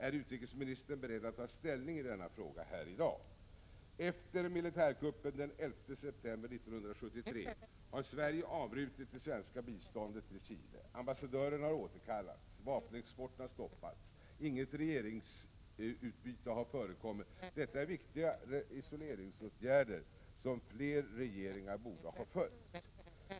Är utrikesministern beredd att ta ställning i denna fråga här i dag? Efter militärkuppen den 11 september 1973 har Sverige avbrutit det svenska biståndet till Chile. Ambassadören har återkallats, vapenexporten har stoppats, inget regeringsutbyte har förekommit. Detta är viktiga isoleringsåtgärder, som fler regeringar borde ha följt.